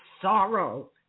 sorrow